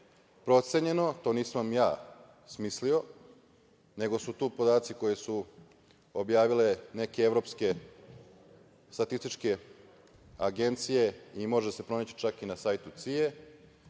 procenjeno, to nisam ja smislio, nego su to podaci koji su objavile neke evropske statističke agencije i može se čak pronaći i na sajtu CIA-e,